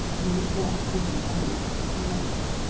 and that thus these banks were formed.